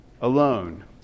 alone